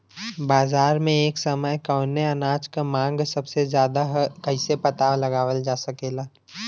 बाजार में एक समय कवने अनाज क मांग सबसे ज्यादा ह कइसे पता लगावल जा सकेला?